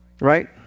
Right